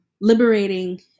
liberating